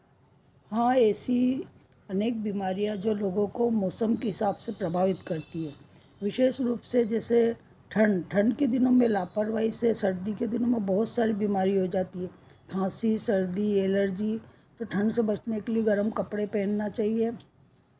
हाँ ऐसी अनेक बीमारियाँ जो लोगों को मौसम के हिसाब से प्रभावित करती हैं विशेष रूप से जैसे ठंड ठंड के दिनों में लापरवाही से सर्दी के दिनों में बहुत सारी बीमारी हो जाती है खाँसी सर्दी एलर्जी तो ठंड से बचने के लिए गर्म कपड़े पहनना चाहिए